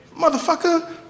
motherfucker